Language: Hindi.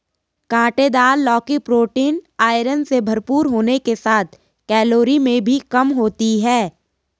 काँटेदार लौकी प्रोटीन, आयरन से भरपूर होने के साथ कैलोरी में भी कम होती है